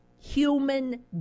human